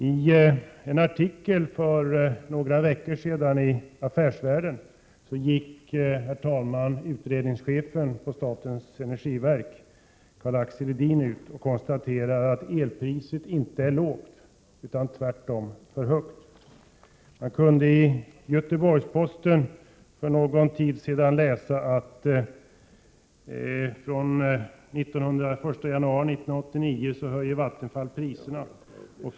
I en artikel för några veckor sedan i Affärsvärlden konstaterade utredningschefen på statens energiverk Karl-Axel Edin att elpriset inte är lågt utan tvärtom för högt. Man kunde i Göteborgs-Posten för någon tid sedan läsa att Vattenfall den 1 januari 1989 kommer att höja sina priser.